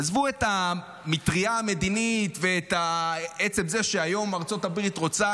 עזבו את המטרייה המדינית ועצם זה שהיום ארצות הברית רוצה